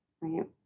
right